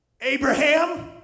Abraham